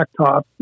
Blacktop